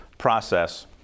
process